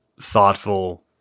thoughtful